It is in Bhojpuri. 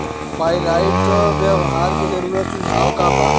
पाइराइट व्यवहार के जरूरी सुझाव का वा?